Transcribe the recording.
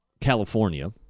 California